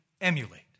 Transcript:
emulate